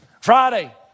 Friday